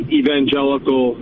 evangelical